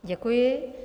Děkuji.